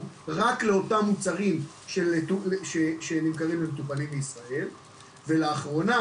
רק לאותם מוצרים שנמכרים למטופלים בישראל ולאחרונה,